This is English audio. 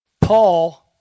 Paul